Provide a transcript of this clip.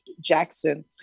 Jackson